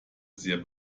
sehr